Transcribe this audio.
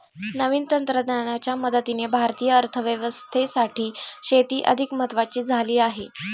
नवीन तंत्रज्ञानाच्या मदतीने भारतीय अर्थव्यवस्थेसाठी शेती अधिक महत्वाची झाली आहे